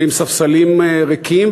ועם ספסלים ריקים,